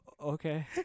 Okay